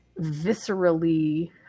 viscerally